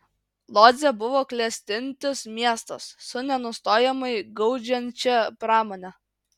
lodzė buvo klestintis miestas su nesustojamai gaudžiančia pramone